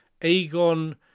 Aegon